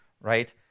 right